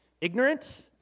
ignorant